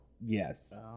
Yes